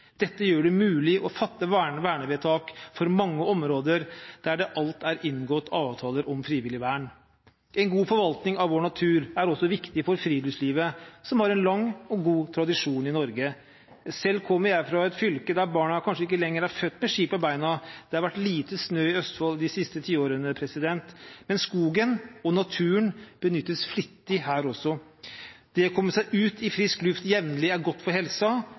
Dette gjør det mulig å fatte vernevedtak for mange områder der det alt er inngått avtaler om frivillig vern. En god forvaltning av vår natur er også viktig for friluftslivet, som har en lang og god tradisjon i Norge. Selv kommer jeg fra et fylke der barna kanskje ikke lenger er født med ski på beina. Det har vært lite snø i Østfold de siste tiårene, men skogen og naturen benyttes flittig her også. Det å komme seg ut i frisk luft jevnlig er godt for helsa